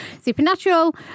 Supernatural